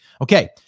Okay